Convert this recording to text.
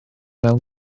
mewn